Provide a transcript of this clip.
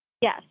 Yes